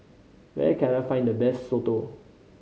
where can I find the best soto